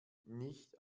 nicht